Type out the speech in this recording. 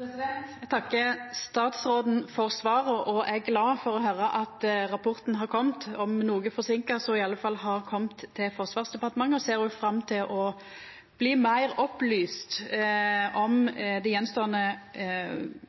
Eg takkar statsråden for svaret, og eg er glad for å høyra at rapporten har kome, om noko forsinka, så har han iallfall kome til Forsvarsdepartementet. Eg ser fram til å bli meir opplyst om dei